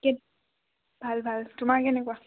কি ভাল ভাল তোমাৰ কেনেকুৱা